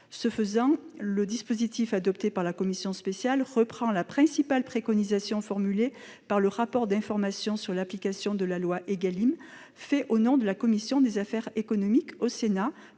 Ce faisant, le dispositif adopté par la commission spéciale reprend la principale préconisation formulée par le rapport d'information sur l'application de la loi Égalim, remis au nom de la commission des affaires économiques du Sénat